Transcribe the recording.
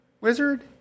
Wizard